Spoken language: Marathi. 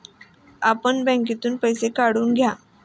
आपण बँकेतून पैसे काढून घ्या